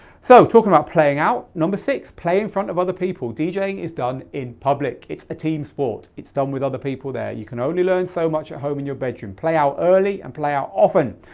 so talking about playing out, number six, play in front of other people. djing is done in public, it's a team sport. it's done with other people there, you can only learn so much at home in your bedroom. play out early and play out often.